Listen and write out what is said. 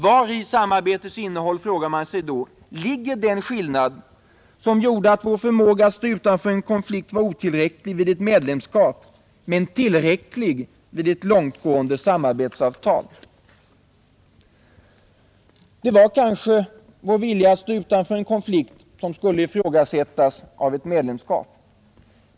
Var i samarbetets innehåll, frågar man sig då, ligger den skillnad som gjorde att vår förmåga att stå utanför en konflikt var otillräcklig vid ett medlemskap men tillräcklig vid ett långtgående samarbetsavtal? Det var kanske vår vilja att stå utanför en konflikt som skulle ifrågasättas av ett medlemskap.